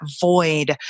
void